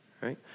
right